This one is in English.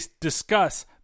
discuss